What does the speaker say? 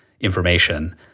information